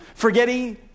Forgetting